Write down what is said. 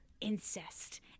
incest